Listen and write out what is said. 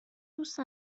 دوست